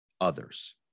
others